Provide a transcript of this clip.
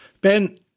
Ben